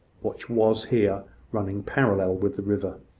which was here running parallel with the river.